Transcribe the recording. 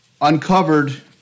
uncovered